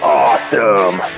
awesome